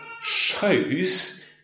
shows